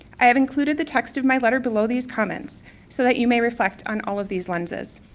i have included the text of my letter below these comments so that you may reflect on all of these lenses.